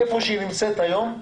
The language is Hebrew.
היכן שהיא נמצאת היום,